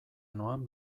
noan